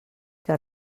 que